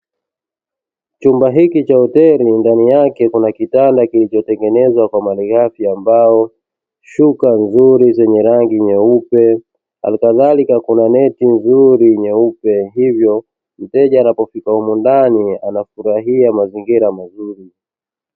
Chumba hiki cha hoteli ndani yake kuna kitanda kilichotengenezwa kwa malighafi ya mbao, shuka nzuri zenye rangi nyeupe halikadharika kuna neti nzuri nyeupe, hivyo mteja anapofika humu ndani hufuraia mazingira mazuri.